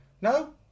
no